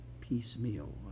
piecemeal